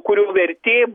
kurio vertė